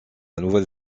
nouvelle